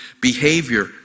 behavior